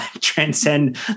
transcend